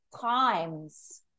times